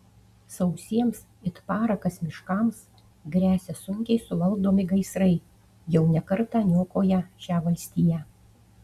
sausiems it parakas miškams gresia sunkiai suvaldomi gaisrai jau ne kartą niokoję šią valstiją